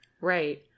right